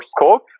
scope